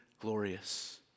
glorious